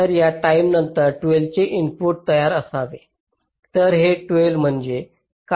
तर टाईमानंतर 12 चे हे इनपुट तयार असावे